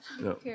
No